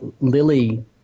Lily